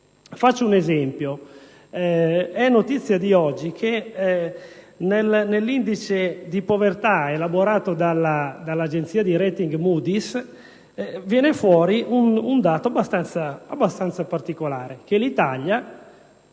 Faccio un esempio: è notizia di oggi che l'indice di povertà elaborato dell'agenzia di *rating* Moody's riporta un dato abbastanza particolare, cioè che l'Italia